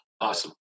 awesome